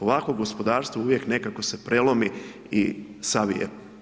Ovako gospodarstvo uvijek nekako se prelomi i savije.